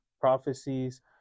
prophecies